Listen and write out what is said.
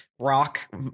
Rock